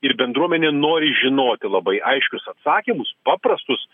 ir bendruomenė nori žinoti labai aiškius atsakymus paprastus